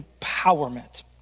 empowerment